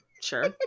sure